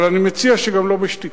אבל אני מציע שגם לא בשתיקתכם,